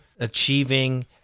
Achieving